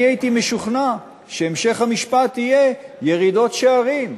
אני הייתי משוכנע שהמשך המשפט יהיה על ירידות שערים,